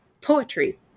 poetry